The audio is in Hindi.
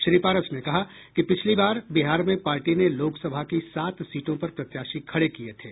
श्री पारस ने कहा कि पिछली बार बिहार में पार्टी ने लोकसभा की सात सीटों पर प्रत्याशी खड़े किये थे